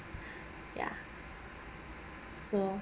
ya so